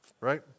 Right